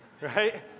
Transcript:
right